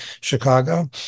Chicago